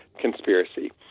conspiracy